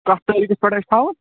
کَتھ تٲریٖخس پٮ۪ٹھ حظ چھُ تھاوُن